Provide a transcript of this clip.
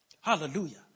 Hallelujah